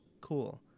cool